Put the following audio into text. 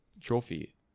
trophy